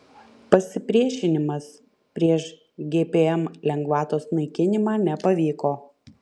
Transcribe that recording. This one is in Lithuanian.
pasipriešinimas prieš gpm lengvatos naikinimą nepavyko